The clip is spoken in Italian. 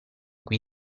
cui